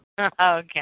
Okay